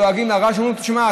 לועגים לרש ואומרים לו: תשמע,